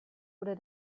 wurde